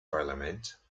parlement